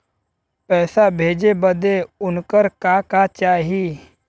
पैसा भेजे बदे उनकर का का चाही?